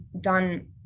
done